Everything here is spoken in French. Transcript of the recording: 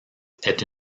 est